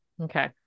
Okay